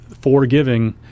forgiving